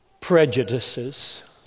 prejudices